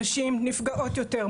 נשים נפגעות יותר,